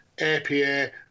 APA